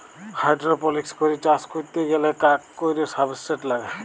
hydroponics করে চাষ ক্যরতে গ্যালে কাক কৈর সাবস্ট্রেট লাগে